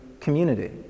community